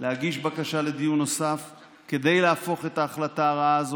להגיש בקשה לדיון נוסף כדי להפוך את ההחלטה הרעה הזאת,